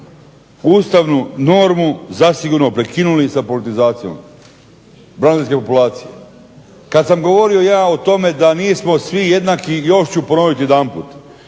ustavnu normu zasigurno prekinuli sa politizacijom braniteljske populacije. Kad sam govorio ja o tome da nismo svi jednaki, još ću ponoviti jedanput,